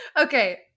Okay